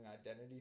identity